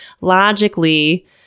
logically